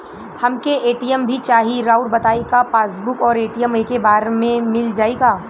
हमके ए.टी.एम भी चाही राउर बताई का पासबुक और ए.टी.एम एके बार में मील जाई का?